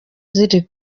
ziri